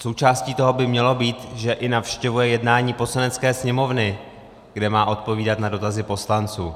Součástí toho by mělo být, že i navštěvuje jednání Poslanecké sněmovny, kde má odpovídat na dotazy poslanců.